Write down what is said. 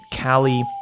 Callie